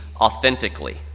authentically